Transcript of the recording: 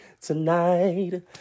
tonight